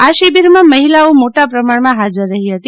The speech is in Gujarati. આ શિબિરમાં મહિલાઓ મોટા પ્રમાણમાં ફાજર રફી ફતી